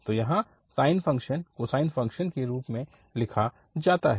तो यहाँ sine function cosine functions के रूप में लिखा जाता है